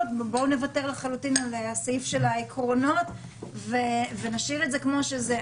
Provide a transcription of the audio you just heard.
בואו נוותר לחלוטין על סעיף העקרונות ונשאיר את זה כמו שזה.